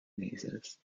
mazes